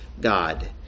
God